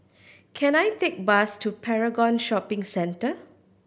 can I take bus to Paragon Shopping Centre